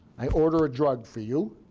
i order a drug for you.